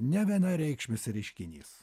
nevienareikšmis reiškinys